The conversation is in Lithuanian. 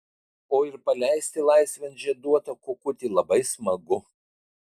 o ir paleisti laisvėn žieduotą kukutį labai smagu